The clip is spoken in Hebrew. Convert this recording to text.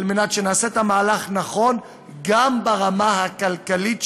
על מנת שנעשה את המהלך באופן נכון גם ברמה הכלכלית,